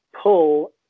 pull